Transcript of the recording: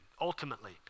ultimately